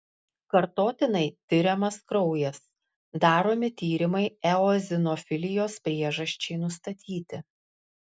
kartotinai tiriamas kraujas daromi tyrimai eozinofilijos priežasčiai nustatyti